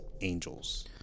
Angels